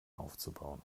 aufzubauen